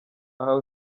aha